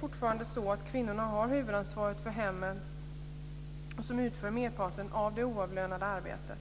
Fortfarande har kvinnorna huvudansvaret för hemmen och utför merparten av det oavlönade arbetet.